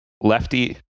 Lefty